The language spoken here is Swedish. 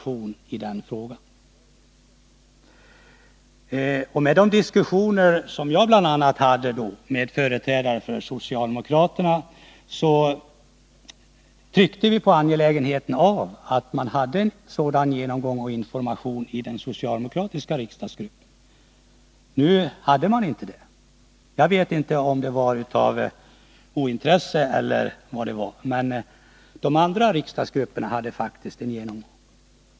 I de diskussioner jag bl.a. hade med företrädare för socialdemokraterna, trycktes på angelägenheten av att man hade en genomgång av information i den socialdemokratiska riksdagsgruppen. Men nu hade man inte det — jag vet inte varför, om det kanske var av ointresse. I de andra riksdagsgrupperna hade man faktiskt en genomgång.